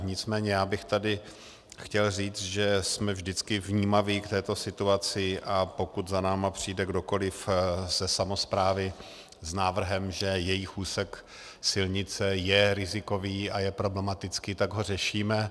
Nicméně bych tady chtěl říci, že jsme vždycky vnímaví k této situaci, a pokud za námi přijde kdokoliv ze samosprávy s návrhem, že jejich úsek silnice je rizikový a problematický, tak ho řešíme.